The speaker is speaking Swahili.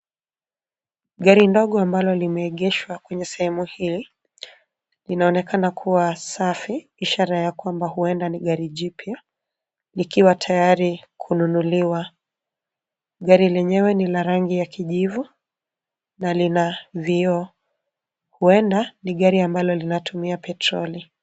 Gari dogo ambalo limeegeshwa kwenye sehemu hii, linaonekana kuwa safi ishara ya kwamba huenda ni gari jipya likiwa tayari kununuliwa. Gari lenyewe ni la rangi ya kijivu na lina vioo. Huenda ni gari ambalo linatumia petroli.